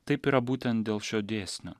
taip yra būtent dėl šio dėsnio